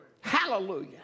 Hallelujah